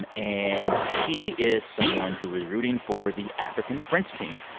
um and he is someone who is rooting for the african french team.